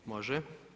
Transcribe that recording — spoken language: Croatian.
Može.